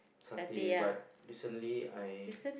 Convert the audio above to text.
satay but recently I